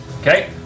Okay